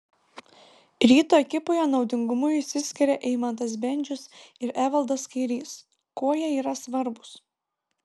ryto ekipoje naudingumu išsiskiria eimantas bendžius ir evaldas kairys kuo jie yra svarbūs